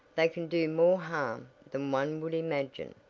they can do more harm than one would imagine.